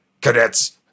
cadets